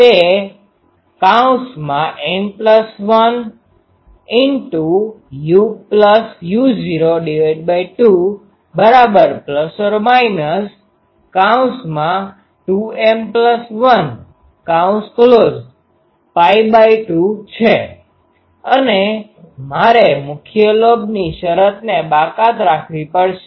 તે N1uu૦2±2m12 છે અને મારે મુખ્ય લોબની શરતને બાકાત રાખવી પડશે